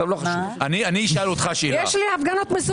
צר לי שאני שומעת כאילו